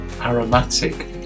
aromatic